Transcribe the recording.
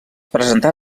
presentà